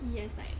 he has like